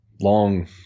long